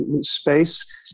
space